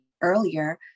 earlier